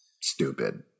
stupid